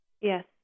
Yes